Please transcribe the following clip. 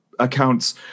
accounts